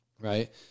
Right